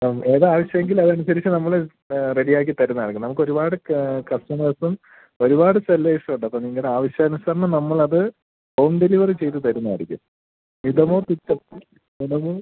ആ ഏതാണ് ആവശ്യം എങ്കിൽ അത് അനുസരിച്ച് നമ്മൾ റെഡിയാക്കി തരുന്നതായിരിക്കും നമുക്ക് ഒരുപാട് കസ്റ്റമേഴ്സും ഒരുപാട് സെല്ലേഴ്സും ഉണ്ട് അപ്പോൾ നിങ്ങളുടെ ആവശ്യാനുസരണം നമ്മൾ അത് ഹോം ഡെലിവറി ചെയ്തു തരുന്നതായിരിക്കും മിതമൊ തുച്ചം ഗുണമോ